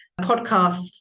podcasts